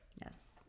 Yes